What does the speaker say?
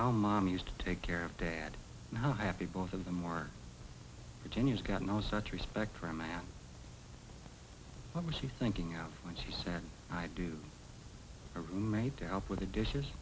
now mom used to take care of dad how happy both of them are genius got no such respect for a man what was he thinking of when she said i do a roommate to help with the dishes